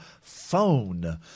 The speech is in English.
phone